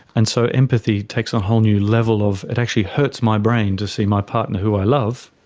and so empathy takes on a whole new level of it actually hurts my brain to see my partner who i love,